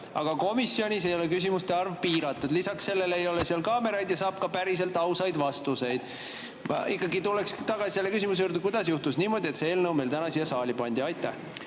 aga komisjonis ei ole küsimuste arv piiratud, lisaks sellele ei ole seal kaameraid ja saab ka päriselt ausaid vastuseid. Ikkagi tuleksin tagasi selle küsimuse juurde: kuidas juhtus niimoodi, et see eelnõu täna siia saali toodi? Aitäh!